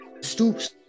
Stoops